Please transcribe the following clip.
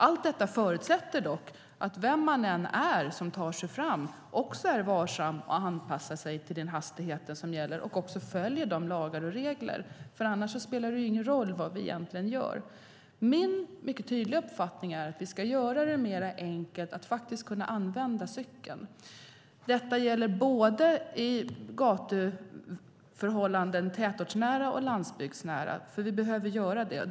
Allt detta förutsätter dock att alla, oavsett vem man är, som tar sig fram är varsamma och anpassar sig till den hastighet som gäller och följer lagar och regler. Annars spelar det egentligen ingen roll vad vi gör. Min mycket tydliga uppfattning är att vi ska göra det mer enkelt att kunna använda cykeln. Detta gäller på gator och vägar både i tätortsnära och i landsbygdsnära områden.